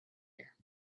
year